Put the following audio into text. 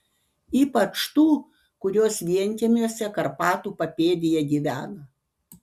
ypač tų kurios vienkiemiuose karpatų papėdėje gyvena